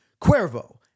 Cuervo